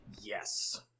Yes